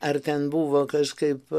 ar ten buvo kažkaip